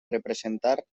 representar